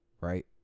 right